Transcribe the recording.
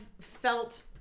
felt